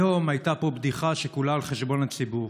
היום הייתה פה בדיחה שכולה על חשבון הציבור: